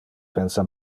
pensa